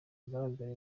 agaragara